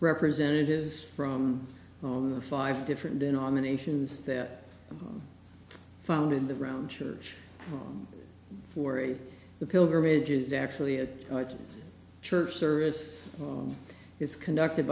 representatives from all of the five different denominations that founded the ground church for the pilgrimage is actually a church service it's conducted